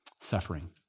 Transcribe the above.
Suffering